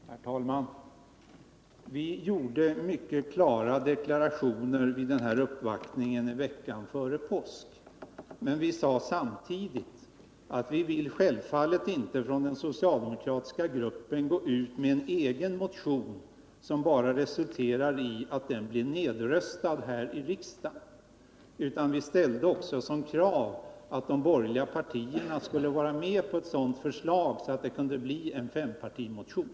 Herr talman! Vi gjorde mycket klara deklarationer vid uppvaktningen veckan före påsk men vi-sade samtidigt att vi självfallet inte från den socialdemokratiska gruppen går ut med en egen motion som bara leder till resultatet att den blir nedröstad här i riksdagen. Som krav ställde vi att de borgerliga partierna skulle vara med på förslaget så att det kunde bli fråga om en fempartimotion.